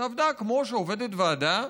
שעבדה כמו שעובדת ועדה: